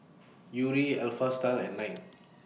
Yuri Alpha Style and Knight